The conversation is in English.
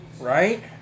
right